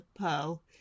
pearl